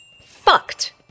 fucked